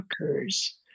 occurs